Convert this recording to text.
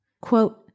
Quote